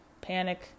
panic